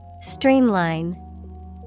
Streamline